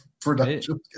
production